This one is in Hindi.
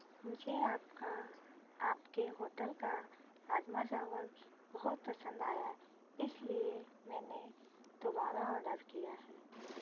मुझे आपका आपके होटल का राजमा चावल बहुत पसन्द आया इसलिए मैंने दोबारा ऑर्डर किया है